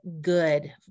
good